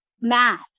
math